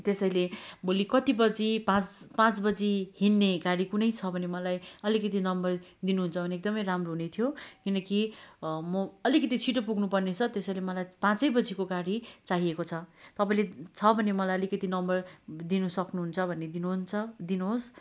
त्यसैले भोलि कति बजी पाँच पाँच बजी हिँड्ने गाडी कुनै छ भने मलाई अलिकिति नम्बर दिनुहुन्छ भने एकदमै राम्रो हुनेथियो किनकि म अलिकति छिटो पुग्नु पर्नेछ त्यसैले मलाई पाँचै बजीको गाडी चाहिएको छ तपाईँले छ भने मलाई अलिकति नम्बर दिनु सक्नुहुन्छ भने दिनुहुन्छ दिनुहोस्